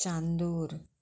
Chandur